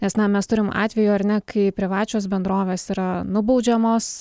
nes na mes turim atvejų ar ne kai privačios bendrovės yra nubaudžiamos